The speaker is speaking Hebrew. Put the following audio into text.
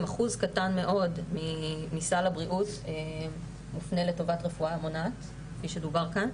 אחוז קטן מאוד מסל הבריאות מופנה לרפואה מונעת כפי שנאמר כאן,